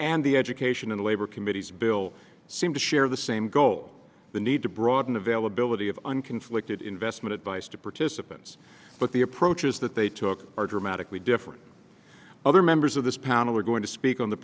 and the education and labor committees bill seem to share the same goal the need to broaden availability of an conflicted investment advice to participants but the approaches that they took are dramatically different other members of this panel are going to speak on the